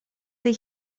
tej